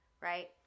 right